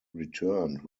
returned